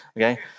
okay